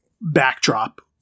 backdrop